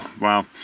wow